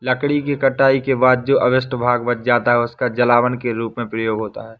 लकड़ी के कटाई के बाद जो अवशिष्ट भाग बच जाता है, उसका जलावन के रूप में प्रयोग होता है